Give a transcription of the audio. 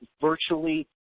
virtually